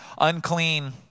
unclean